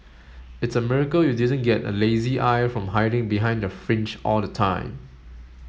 it's a miracle you didn't get a lazy eye from hiding behind the fringe all the time